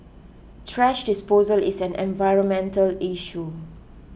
thrash disposal is an environmental issue